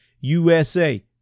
USA